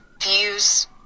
views